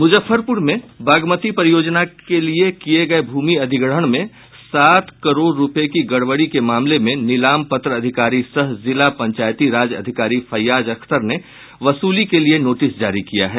मुजफ्फरपुर में बागमती परियोजना के लिए किये गये भूमि अधिग्रहण में सात करोड़ रूपये की गड़बड़ी के मामले में नीलाम पत्र अधिकारी सह जिला पंचायती राज अधिकारी फैयाज अख्तर ने वसूली के लिए नोटिस जारी किया है